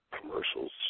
commercials